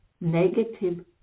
negative